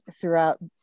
throughout